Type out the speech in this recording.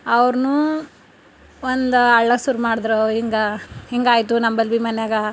ಅವ್ರು ಒಂದು ಅಳು ಶುರು ಮಾಡಿದ್ರು ಹಿಂಗೆ ಹಿಂಗಾಯಿತು ನಂಬಳಿ ಬಿ ಮನೆಯಾಗ